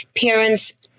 parents